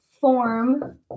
form